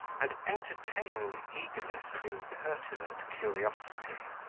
and entertain the eagerness of impertinent curiosity.